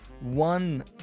one